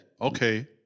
Okay